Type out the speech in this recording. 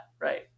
right